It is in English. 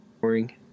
boring